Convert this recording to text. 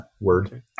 word